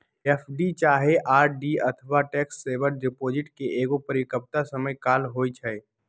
FD चाहे RD अथवा tax saver deposit के एगो परिपक्वता समय काल होइ छइ